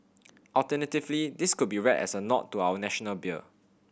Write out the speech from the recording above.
alternatively this could be read as a nod to our National beer